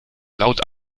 laut